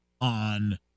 on